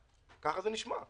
ככה זה נשמע.